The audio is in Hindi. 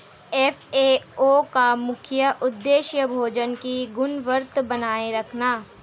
एफ.ए.ओ का मुख्य उदेश्य भोजन की गुणवत्ता बनाए रखना है